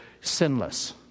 sinless